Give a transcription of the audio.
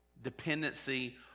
dependency